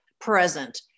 present